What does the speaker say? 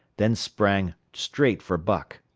then sprang straight for buck.